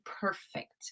perfect